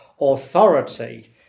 authority